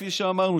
כפי שאמרנו,